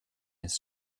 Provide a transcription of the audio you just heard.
his